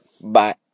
Bye